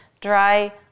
Dry